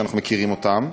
אנחנו מכירים אותם,